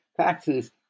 taxes